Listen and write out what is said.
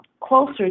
closer